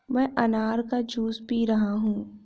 मैं अनार का जूस पी रहा हूँ